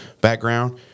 background